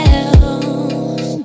else